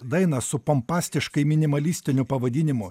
dainą su pompastiškai minimalistiniu pavadinimu